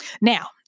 Now